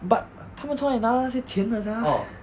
but 他们从哪里拿到那些钱的 sia